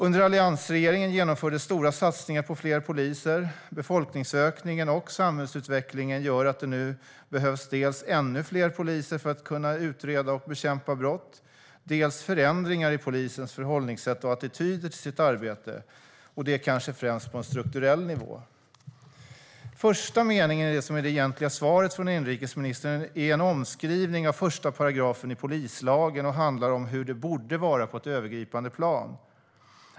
Under alliansregeringen genomfördes stora satsningar på fler poliser. Befolkningsökningen och samhällsutvecklingen gör att det nu behövs dels ännu fler poliser för att utreda och bekämpa brott, dels förändringar i polisens förhållningssätt och attityder till sitt arbete - och detta kanske främst på en strukturell nivå. Den första meningen i det som är det egentliga svaret från inrikesministern är en omskrivning av § 1 i polislagen och handlar om hur det borde vara på ett övergripande plan.